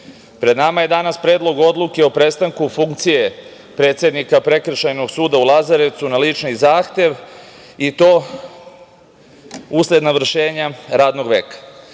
pred nama je danas Predlog odluke o prestanku funkcije predsednika Prekršajnog suda u Lazarevcu na lični zahtev i to usled navršenja radnog veka.